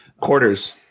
Quarters